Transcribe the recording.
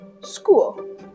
school